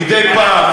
שמדי פעם,